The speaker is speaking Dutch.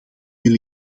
wil